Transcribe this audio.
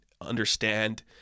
understand